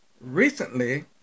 Recently